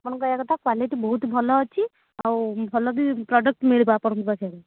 ଆପଣ କହିବା କଥା କ୍ୱାଲିଟି ବହୁତ ଭଲ ଅଛି ଆଉ ଭଲ ବି ପ୍ରଡକ୍ଟ ମିଳିବ ଆପଣଙ୍କ ପାଖରେ